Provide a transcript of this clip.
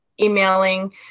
emailing